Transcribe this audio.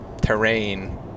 terrain